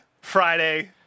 Friday